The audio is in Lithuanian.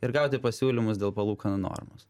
ir gauti pasiūlymus dėl palūkanų normos